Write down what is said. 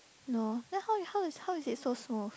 no then how you how you how you stay so smooth